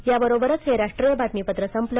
याबरोबरच हे राष्ट्रीय बातमीपत्र संपलं